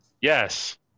Yes